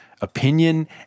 opinion